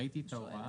ראיתי את ההוראה.